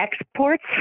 exports